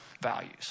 values